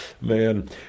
man